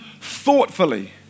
thoughtfully